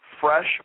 fresh